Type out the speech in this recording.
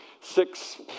Six